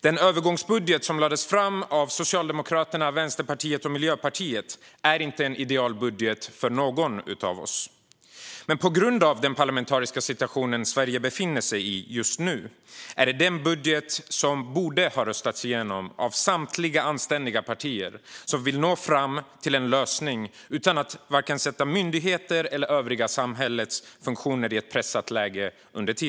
Den övergångsbudget som lades fram av Socialdemokraterna, Vänsterpartiet och Miljöpartiet är inte en idealisk budget för någon av oss. Men på grund av den parlamentariska situation Sverige befinner sig i just nu är det den budgeten som borde ha röstats igenom av samtliga anständiga partier som vill nå fram till en lösning utan att under tiden sätta vare sig myndigheter eller övriga samhällsfunktioner i ett pressat läge.